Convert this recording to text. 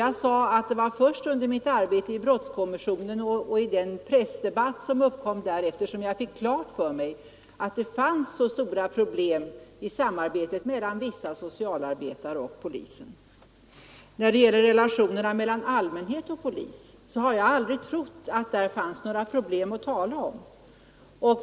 Jag sade att det var först under mitt arbete i brottskommissionen och i den pressdebatt som uppkom därefter som jag fick klart för mig att det fanns så stora problem i samarbetet mellan vissa socialarbetare och polisen. När det gäller relationerna mellan allmänhet och polis har jag aldrig trott att där fanns några problem att tala om.